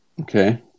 Okay